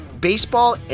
baseball